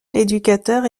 éducateurs